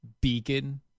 beacon